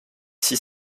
six